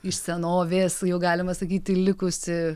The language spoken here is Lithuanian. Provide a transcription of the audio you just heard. iš senovės jau galima sakyti likusį